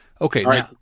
Okay